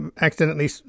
accidentally